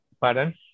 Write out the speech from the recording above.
Pardon